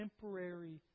temporary